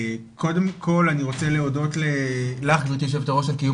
קודם כל אני רוצה להודות לך גברתי יושבת הראש על קיום